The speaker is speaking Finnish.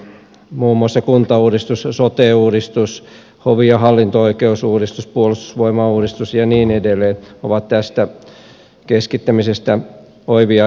muun muassa kuntauudistus sote uudistus hovi ja hallinto oikeusuudistus puolustusvoimauudistus ja niin edelleen ovat tästä keskittämisestä oivia esimerkkejä